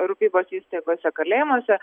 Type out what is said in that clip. rūpybos įstaigose kalėjimuose